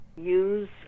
use